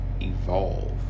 evolve